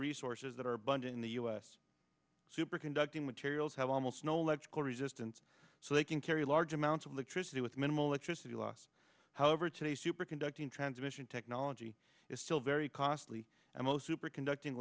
resources that are abundant in the us superconducting materials have almost no electrical resistance so they can carry large amounts of the tricity with minimal electricity loss however today superconducting transmission technology is still very costly and most superconducting